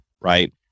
right